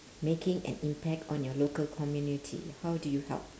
making an impact on your local community how do you help